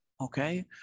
Okay